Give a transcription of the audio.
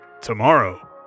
tomorrow